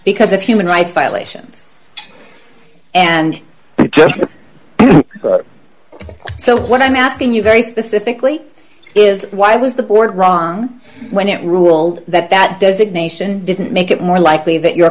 because of human rights violations and so what i'm asking you very specifically is why was the board rom when it ruled that that designation didn't make it more likely that your